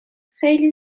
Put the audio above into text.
خیلی